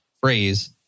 phrase